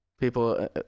people